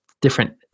different